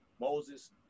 Moses